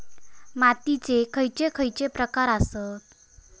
मातीयेचे खैचे खैचे प्रकार आसत?